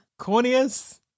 Corneas